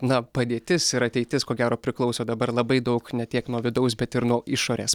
na padėtis ir ateitis ko gero priklauso dabar labai daug ne tiek nuo vidaus bet ir nuo išorės